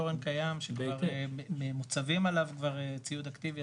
תורן קיים שכבר מוצבים עליו כבר ציוד אקטיבי,